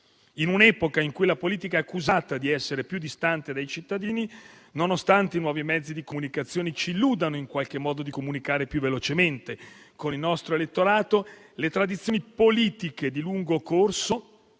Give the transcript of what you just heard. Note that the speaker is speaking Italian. in un'epoca in cui la politica è accusata di essere più distante dai cittadini, nonostante i nuovi mezzi di comunicazione ci illudano in qualche modo di comunicare più velocemente con il nostro elettorato, le tradizioni politiche di lungo corso